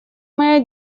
моя